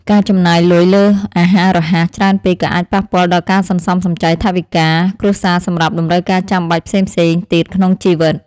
ការចំណាយលុយលើអាហាររហ័សច្រើនពេកក៏អាចប៉ះពាល់ដល់ការសន្សំសំចៃថវិកាគ្រួសារសម្រាប់តម្រូវការចាំបាច់ផ្សេងៗទៀតក្នុងជីវិត។